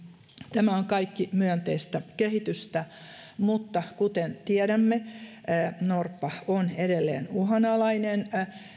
tämä on kaikki myönteistä kehitystä mutta kuten tiedämme norppa on edelleen uhanalainen